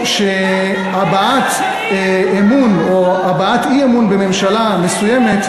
שהבעת אמון או הבעת אי-אמון בממשלה מסוימת,